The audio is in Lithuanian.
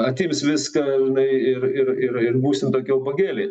atims viską žinai ir ir ir ir būsim tokie ubagėliai